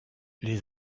les